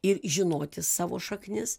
ir žinoti savo šaknis